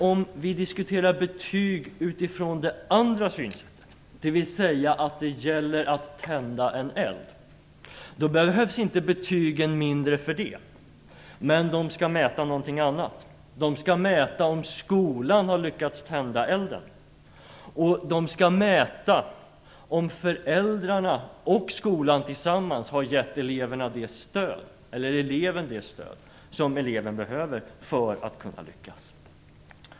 Om vi diskuterar betyg utifrån det andra synsättet, dvs. att det gäller att tända en eld, behövs betygen inte mindre, men de skall mäta någonting annat. De skall mäta om skolan har lyckats tända elden, och de skall mäta om föräldrarna och skolan tillsammans har gett eleven det stöd som eleven behöver för att kunna lyckas.